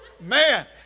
man